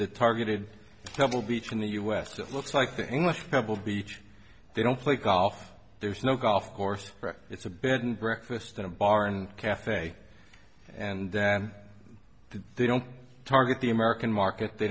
the targeted temple beach in the us that looks like thing with pebble beach they don't play golf there's no golf course it's a bed and breakfast in a barn cafe and then they don't target the american market they